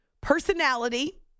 personality